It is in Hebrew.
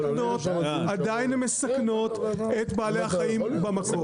עדיין הן מסכנות את בעלי החיים במקום,